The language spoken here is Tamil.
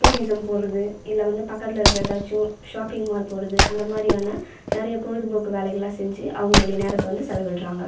டூரிசம் போகிறது இல்லை அங்கே வந்து பக்கத்தில் இருக்கிற ஏதாச்சும் ஷாப்பிங் மால் போகிறது அந்தமாதிரியான நிறைய பொழுது போக்கு வேலைகளெல்லாம் செஞ்சு அவங்களுடைய நேரத்தை வந்து செலவிடுகிறாங்க